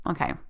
Okay